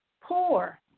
poor